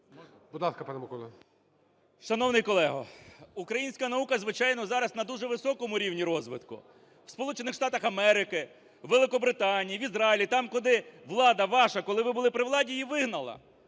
Шановний колего, українська наука, звичайно, зараз на дуже високому рівні розвитку в Сполучених Штатах Америки, в Великобританії, в Ізраїлі - там, куди влада ваша, коли ви були при владі, її вигнала.